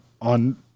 on